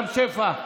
רם שפע,